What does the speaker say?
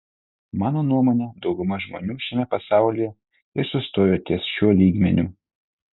mano nuomone dauguma žmonių šiame pasaulyje ir sustojo ties šiuo lygmeniu